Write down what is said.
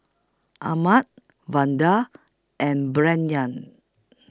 Ahmad Vander and